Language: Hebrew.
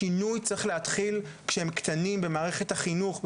השינוי צריך להתחיל כאשר הם קטנים במערכת החינוך,